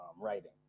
writing